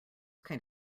kind